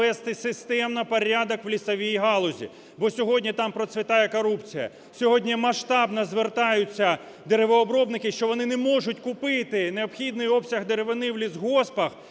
навести системно порядок в лісовій галузі, бо сьогодні там процвітає корупція. Сьогодні масштабно звертаються деревообробники, що вони не можуть купити необхідний обсяг деревини в лісгоспах,